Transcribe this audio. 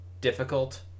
difficult